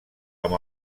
amb